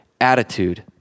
attitude